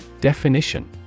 Definition